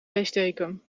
leesteken